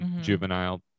juvenile